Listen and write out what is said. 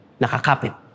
nakakapit